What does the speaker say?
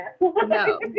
no